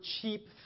cheap